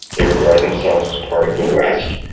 they regard themselves as part of the west.